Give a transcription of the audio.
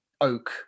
oak